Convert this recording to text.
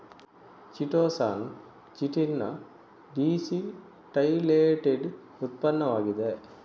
chitosan chitin ನ deacetylated ಉತ್ಪನ್ನವಾಗಿದೆ